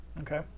okay